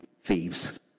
thieves